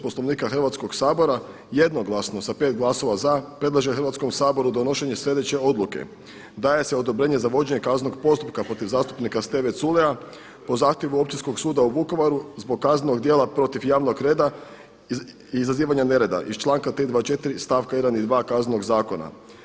Poslovnika Hrvatskog sabora jednoglasno sa 5 glasova za predlaže Hrvatskom saboru donošenje sljedeće odluke: Daje se odobrenje za vođenje kaznenog postupka protiv zastupnika Steve Culeja po zahtjevu Općinskog suda u Vukovaru zbog kaznenog djela protiv javnog reda i izazivanja nereda iz članka 324. stavka 1. i 2. Kaznenog zakona.